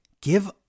Give